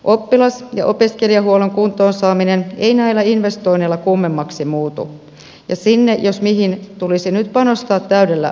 oppilas ja opiskelijahuollon kuntoon saaminen ei näillä investoinneilla kummemmaksi muutu ja sinne jos mihin tulisi nyt panostaa täydellä teholla